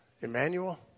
Emmanuel